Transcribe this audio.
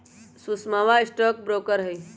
सुषमवा stock broker हई